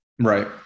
right